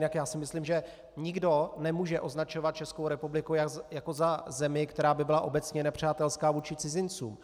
Jinak já si myslím, že nikdo nemůže označovat Českou republiku jako za zemi, která by byla obecně nepřátelská vůči cizincům.